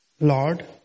Lord